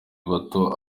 bato